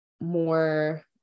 more